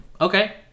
Okay